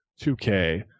2k